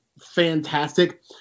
fantastic